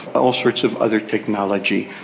all sorts of other technology.